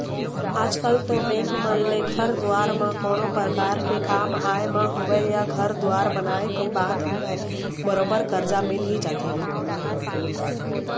आजकल तो बेंक मन ले घर दुवार म कोनो परकार के काम आय म होवय या घर दुवार बनाए के बात होवय बरोबर करजा मिल ही जाथे